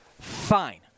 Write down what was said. fine